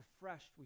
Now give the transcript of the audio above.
refreshed